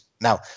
Now